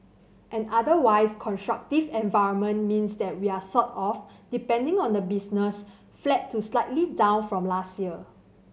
an otherwise constructive environment means that we're sort of depending on the business flat to slightly down from last year